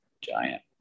giant